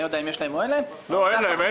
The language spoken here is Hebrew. אני לא יודע אם יש להם או אין להם --- אין להם.